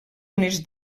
units